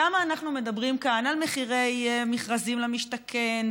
כמה אנחנו מדברים כאן על מחירי מכרזים למשתכן,